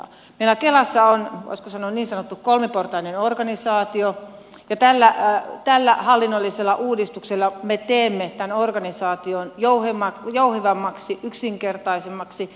meillä kelassa on voisiko sanoa niin sanottu kolmiportainen organisaatio ja tällä hallinnollisella uudistuksella me teemme tämän organisaation jouhevammaksi yksinkertaisemmaksi